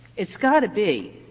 it's got to be.